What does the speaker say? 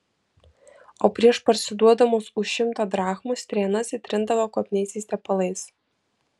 o prieš parsiduodamos už šimtą drachmų strėnas įtrindavo kvapniaisiais tepalais